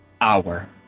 hour